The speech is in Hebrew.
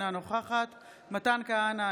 אינה נוכחת מתן כהנא,